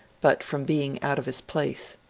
but from being out of his place.